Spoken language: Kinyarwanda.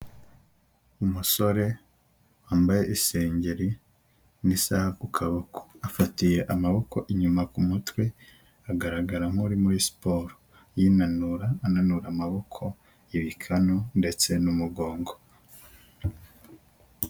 Umusore wambaye isengeri n'isaha ku kaboko, afatiye amaboko inyuma ku mutwe agaragara nk'uri muri siporo yinanura, ananura amaboko, ibikanu ndetse n'umugongo.